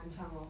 晚餐 lor